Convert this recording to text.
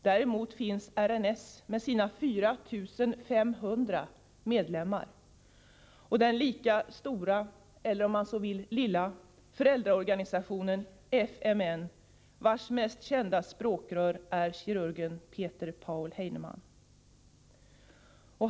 Däremot finns där RNS med sina 4 500 medlemmar och den lika stora eller, om man så vill, lilla föräldraorganisationen FMN, vars mest kända språkrör är kirurgen Peter Paul Heinemann.